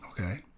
Okay